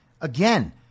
Again